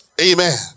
Amen